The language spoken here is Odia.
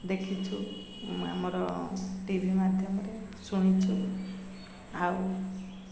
ଦେଖିଛୁ ଆମର ଟି ଭି ମାଧ୍ୟମରେ ଶୁଣିଛୁ ଆଉ